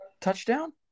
touchdown